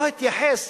לא התייחס